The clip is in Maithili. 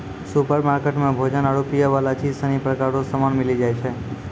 सुपरमार्केट मे भोजन आरु पीयवला चीज सनी प्रकार रो समान मिली जाय छै